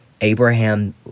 Abraham